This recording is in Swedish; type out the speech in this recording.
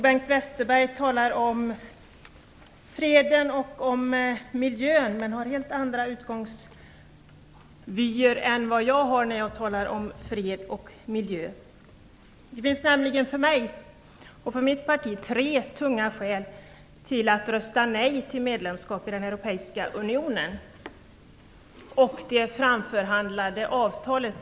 Bengt Westerberg talar om freden och miljön, men han har helt andra utgångsvyer än vad jag har när jag talar om fred och miljö. Det finns för mig och mitt parti tre tunga skäl till att rösta nej till medlemskap i den europeiska unionen och det framförhandlade avtalet.